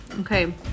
Okay